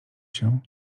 się